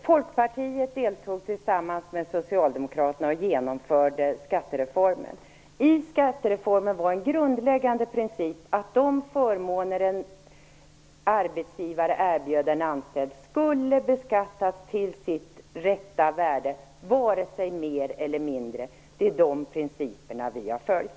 Fru talman! Folkpartiet deltog tillsammans med socialdemokraterna i genomförandet av skattereformen. En grundläggande princip var att de förmåner som en arbetsgivare erbjöd en anställd skulle beskattas till sitt rätta värde, vare sig mer eller mindre. Det är den principen som vi har följt.